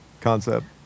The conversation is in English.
concept